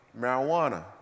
marijuana